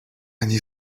они